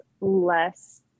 less